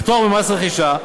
פטור ממס רכישה,